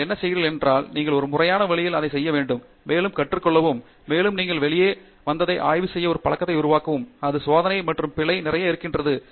நீங்கள் என்ன செய்கிறீர்கள் என்றால் நீங்கள் ஒரு முறையான வழியில் அதை செய்ய வேண்டும் மேலும் கற்றுக்கொள்ளவும் மேலும் நீங்கள் வெளியே வந்ததை ஆய்வு செய்ய ஒரு பழக்கத்தை உருவாக்கவும் அது ஒரு சோதனை மற்றும் பிழை நிறைய இருக்கிறது